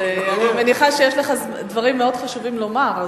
אני מניחה שיש לך דברים מאוד חשובים לומר,